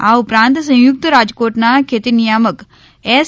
આ ઉપરાંત સંયુક્ત રાજકોટના ખેતી નિયામક એસ